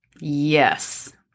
Yes